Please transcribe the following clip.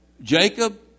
Jacob